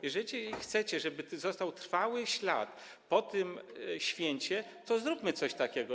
Jeżeli chcecie, żeby został trwały ślad po tym święcie, to zróbmy coś takiego.